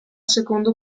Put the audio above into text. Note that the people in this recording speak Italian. secondo